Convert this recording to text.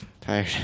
Tired